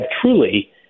truly